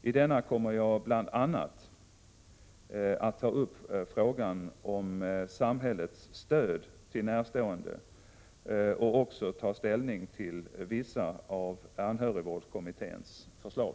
I denna kommer jag bl.a. att ta upp frågan om samhällets stöd till närstående och också ta ställning till vissa av anhörigvårdskommitténs förslag.